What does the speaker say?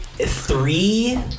three